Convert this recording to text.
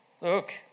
Look